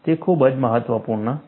તે ખૂબ જ મહત્વપૂર્ણ છે